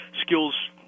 skills